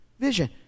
vision